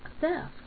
theft